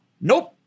Nope